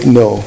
no